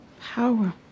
Power